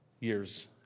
Years